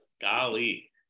golly